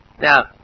Now